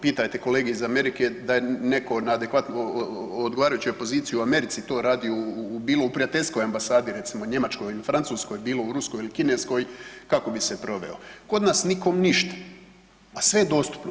Pitajte kolege iz Amerike da je netko na adekvatnoj, odgovarajućoj poziciji u Americi to radio bilo u prijateljskoj ambasadi recimo Njemačkoj ili Francuskoj, bilo u Ruskoj ili Kineskoj kako bi se proveo, kod nas nikom ništa, a sve je dostupno.